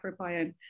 microbiome